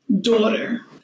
daughter